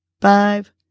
five